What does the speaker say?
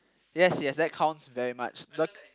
yes yes that counts very much but